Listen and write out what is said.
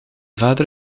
vader